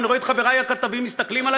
ואני רואה את חברי הכתבים מסתכלים עלי